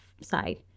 side